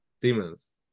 demons